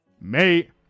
Mate